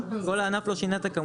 כל הענף לא שינה את הכמויות?